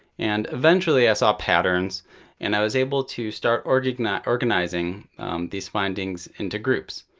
and eventually, i saw patterns and i was able to start organizing ah organizing these findings into groups,